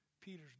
Peter's